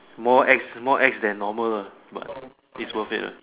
more ex more ex than normal uh but it's worth it lah